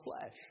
flesh